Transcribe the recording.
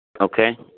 Okay